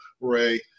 Ray